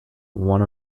one